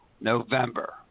November